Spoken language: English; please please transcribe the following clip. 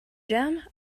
jam